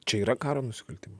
čia yra karo nusikaltimo